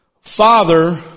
Father